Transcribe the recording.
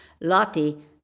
Lottie